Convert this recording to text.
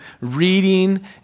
reading